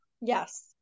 Yes